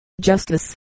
justice